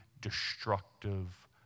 destructive